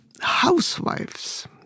housewives